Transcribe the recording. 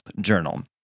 Journal